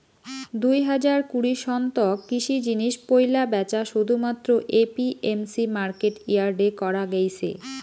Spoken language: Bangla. দুই হাজার কুড়ি সন তক কৃষি জিনিস পৈলা ব্যাচা শুধুমাত্র এ.পি.এম.সি মার্কেট ইয়ার্ডে করা গেইছে